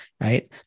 right